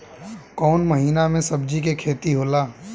कोउन महीना में सब्जि के खेती होला?